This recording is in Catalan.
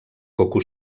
coco